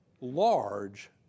large